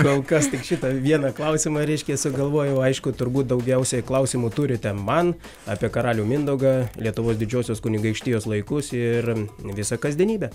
kol kas šitą vieną klausimą reiškia sugalvojau aišku turbūt daugiausiai klausimų turite man apie karalių mindaugą lietuvos didžiosios kunigaikštijos laikus ir visą kasdienybę